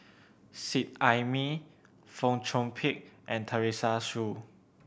Seet Ai Mee Fong Chong Pik and Teresa Hsu